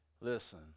Listen